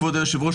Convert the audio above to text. כבוד היושב-ראש,